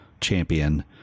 champion